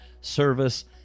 service